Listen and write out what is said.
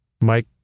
Mike